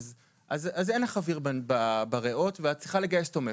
אין לך אוויר בריאות ואת צריכה לגייס אותו מאיפשהו.